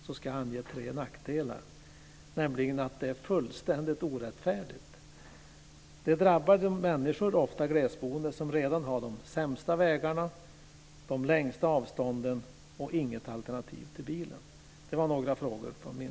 Jag ska nämna tre nackdelar. Det är fullständigt orättfärdigt. Det drabbar de människor, ofta glesboende, som redan har de sämsta vägarna, de längsta avstånden och inget alternativ till bilen. Det var några frågor från mig.